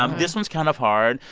um this one's kind of hard.